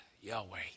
Yahweh